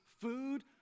food